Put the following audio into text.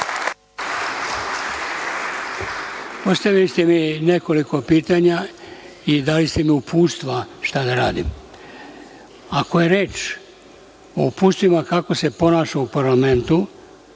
Postavili ste mi nekoliko pitanja i dali ste mi uputstva šta da radim. Ako je reč o uputstvima kako se ponaša u Parlamentu